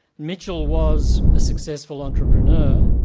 mitchell was a successful entrepreneur,